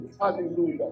Hallelujah